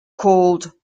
called